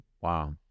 Wow